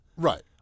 Right